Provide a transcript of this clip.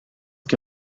que